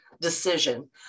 decision